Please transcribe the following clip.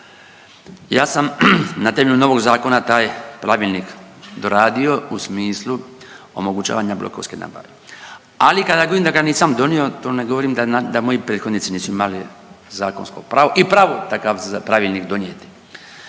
Ja sam na temelju novog zakona taj pravilnik doradio u smislu omogućavanja blokovske nabave. Ali kada govorim da ga nisam donio to ne govorim da moji prethodnici nisu imali zakonsko pravo i pravo takav pravilnik donijeti.